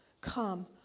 come